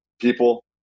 people